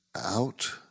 out